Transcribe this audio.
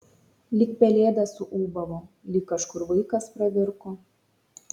lyg pelėda suūbavo lyg kažkur vaikas pravirko